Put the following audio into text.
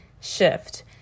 shift